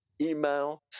email